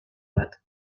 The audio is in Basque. bat